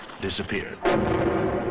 disappeared